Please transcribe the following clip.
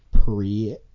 pre